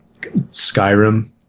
Skyrim